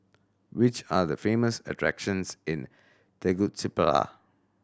which are the famous attractions in Tegucigalpa